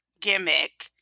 gimmick